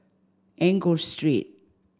Enggor Street